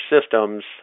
systems